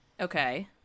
okay